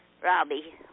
Robbie